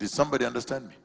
to somebody understand me